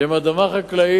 שהם אדמה חקלאית,